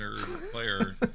Player